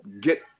get